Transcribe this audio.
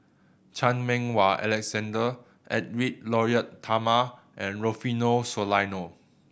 Chan Meng Wah Alexander Edwy Lyonet Talma and Rufino Soliano